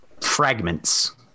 fragments